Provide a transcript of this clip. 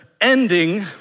ending